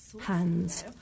Hands